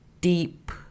deep